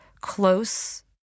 close